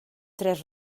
tres